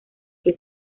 que